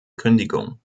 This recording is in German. kündigung